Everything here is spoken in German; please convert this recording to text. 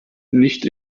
nicht